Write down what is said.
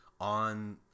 On